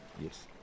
Yes